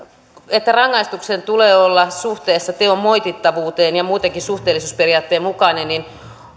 että rangaistuksen tulee olla suhteessa teon moitittavuuteen ja muutenkin suhteellisuusperiaatteen mukainen